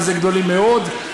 מה זה "גדולים מאוד",